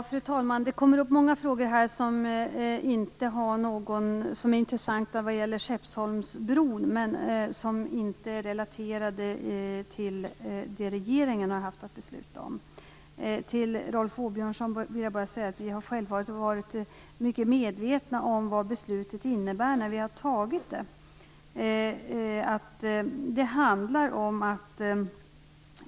Fru talman! Det kommer upp många frågor här som är intressanta när det gäller Skeppsholmsbron, men som inte är relaterade till det som regeringen har haft att besluta om. Till Rolf Åbjörnsson vill jag bara säga att vi självfallet har varit mycket medvetna om vad beslutet innebär när vi har fattat det.